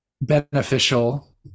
beneficial